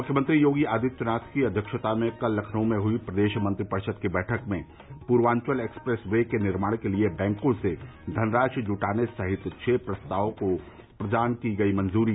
मुख्यमंत्री योगी आदित्यनाथ की अव्यक्षता में कल लखनऊ में हुई प्रदेश मंत्रिपरिषद की बैठक में पूर्वांचल एक्सप्रेस वे के निर्माण के लिए बैंकॉ से धनराशि जुटाने सहित छह प्रस्तावों को प्रदान की गयी मंजूरी